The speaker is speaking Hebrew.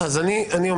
-- אז אני אומר,